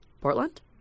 Portland